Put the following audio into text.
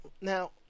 Now